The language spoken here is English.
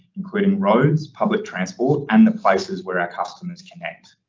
including roads, public transport and the places where our customers connect.